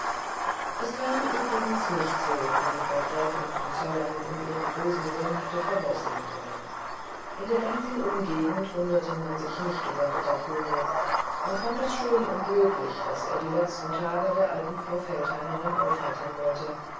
es kam übrigens nicht also wie die frau gräfin von zollern in ihrem bösen sinn hatte voraussehen wollen in der ganzen umgegend wunderte man sich nicht über ritter kuno man fand es schön und löblich daß er die letzten tage der alten frau feldheimerin aufheitern wollte